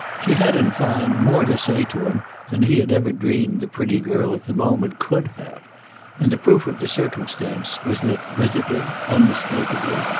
she had in fine more to say to him than he had ever dreamed the pretty girl of the moment could have and the proof of the circumstance was that, visibly, unmistakeably,